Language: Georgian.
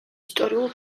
ისტორიულ